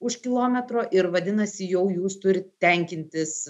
už kilometro ir vadinasi jau jūs turit tenkintis